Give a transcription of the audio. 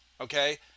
Okay